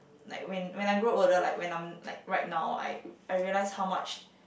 like when when I grow older like when I'm like right now I I realise how much